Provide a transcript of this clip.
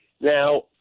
now